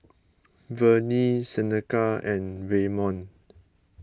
Vernie Seneca and Waymon